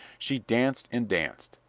she danced and danced.